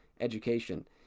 education